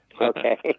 Okay